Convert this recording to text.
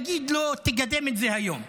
להגיד לו: תקדם את זה היום.